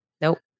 Nope